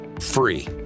free